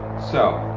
so,